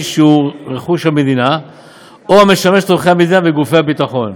שהוא רכוש המדינה או המשמש לצורכי המדינה וגופי הביטחון.